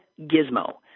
gizmo